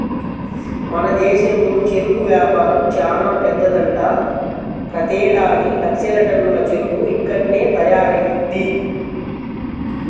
మన దేశంలో చెరుకు వ్యాపారం చానా పెద్దదంట, ప్రతేడాది లక్షల టన్నుల చెరుకు ఇక్కడ్నే తయారయ్యిద్ది